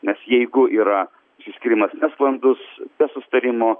nes jeigu yra išsiskyrimas nesklandus susitarimo